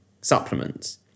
supplements